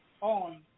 on